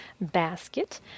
basket